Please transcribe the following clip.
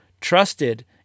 trusted